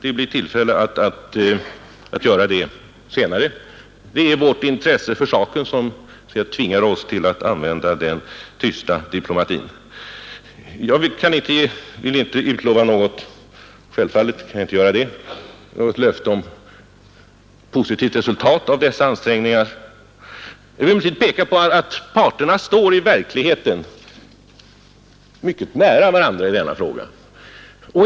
Det blir tillfälle att göra det senare. Det är vårt intresse för saken som tvingar oss att använda den tysta diplomatin. Jag vill inte utlova — det kan jag självfallet inte göra — något positivt resultat av dessa ansträngningar. Jag vill emellertid peka på att parterna i verkligheten står mycket nära varandra i denna fråga.